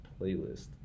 playlist